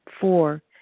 Four